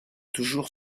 toujours